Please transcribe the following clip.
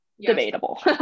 debatable